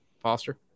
Foster